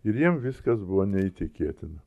ir jiem viskas buvo neįtikėtina